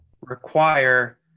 require